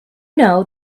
know